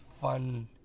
fun